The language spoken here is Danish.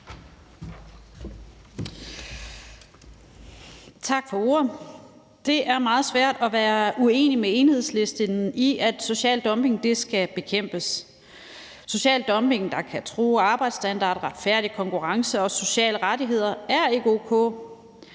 Tak for ordet. Det er meget svært at være uenig med Enhedslisten i, at social dumping skal bekæmpes. Social dumping, der kan true arbejdsstandarder, retfærdig konkurrence og sociale rettigheder, er ikke o.k.